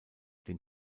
den